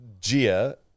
Gia